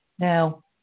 Now